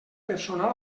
personal